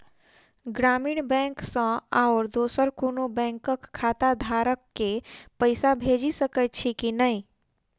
ग्रामीण बैंक सँ आओर दोसर कोनो बैंकक खाताधारक केँ पैसा भेजि सकैत छी की नै?